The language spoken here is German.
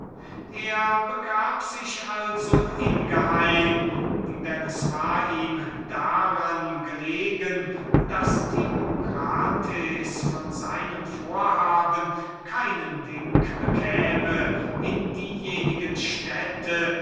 er begab sich also ingeheim denn es war ihm daran gelegen daß timocrates von seinem vorhaben keinen wink bekäme in diejenige städte